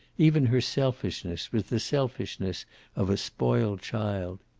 even her selfishness was the selfishness of a spoiled child.